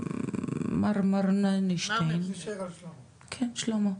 שלמה מרמורשטיין, כן, שלמה,